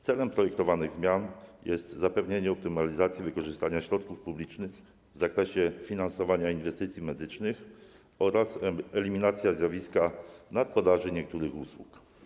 Celem projektowanych zmian jest zapewnienie optymalizacji wykorzystania środków publicznych w zakresie finansowania inwestycji medycznych oraz eliminacja zjawiska nadpodaży niektórych usług.